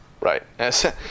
Right